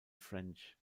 french